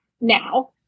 now